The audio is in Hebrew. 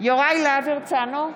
יוראי להב הרצנו,